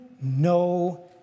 no